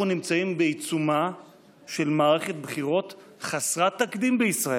אנחנו נמצאים בעיצומה של מערכת בחירות חסרת תקדים בישראל,